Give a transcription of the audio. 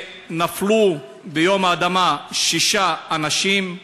נפלו ביום האדמה שישה אנשים,